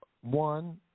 one